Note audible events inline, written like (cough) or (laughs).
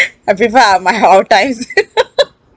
I prefer ah my our times (laughs)